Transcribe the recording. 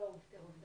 הוא ויתר.